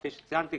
כפי שציינתי,